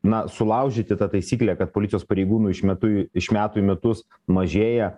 na sulaužyti tą taisyklę kad policijos pareigūnų iš metu iš metų į metus mažėja